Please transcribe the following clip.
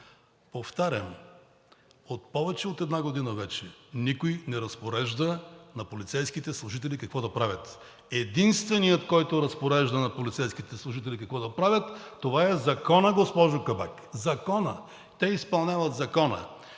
Повтарям, повече от една година вече никой не разпорежда на полицейските служители какво да правят. Единственият, който разпорежда на полицейските служители какво да правят, е Законът, госпожо Кабак, Законът! Те изпълняват Закона!